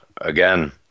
again